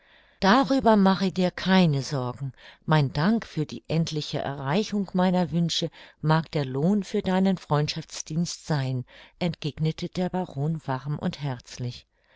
darüber mache dir keine sorgen mein dank für die endliche erreichung meiner wünsche mag der lohn für deinen freundschaftsdienst sein entgegnete der baron warm und herzlich